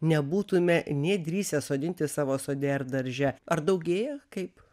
nebūtume nė drįsę sodinti savo sode ar darže ar daugėja kaip